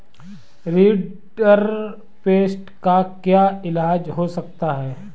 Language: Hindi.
रिंडरपेस्ट का क्या इलाज हो सकता है